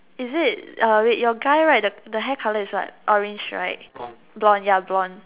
is it uh wait your guy right the hair colour is what orange right blonde ya blonde